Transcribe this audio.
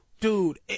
dude